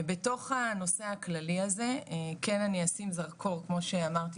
בתוך הנושא הכללי הזה כן אני אשים זרקור כמו שאמרתי